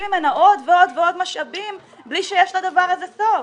ממנה עוד ועוד ועוד משאבים בלי שיש לדבר הזה סוף.